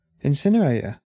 Incinerator